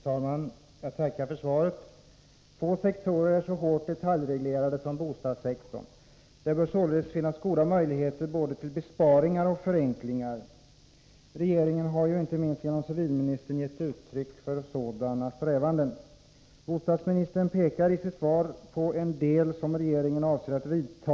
Herr talman! Jag tackar för svaret. Få sektorer är så hårt detaljreglerade som bostadssektorn. Det bör således finnas goda möjligheter till både besparingar och förenklingar. Regeringen har inte minst genom civilministern gett uttryck för sådana strävanden. Bostadsministern pekar i sitt svar på en del åtgärder som regeringen avser att vidta.